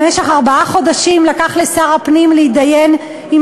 ארבעה חודשים לקח לשר הפנים להתדיין עם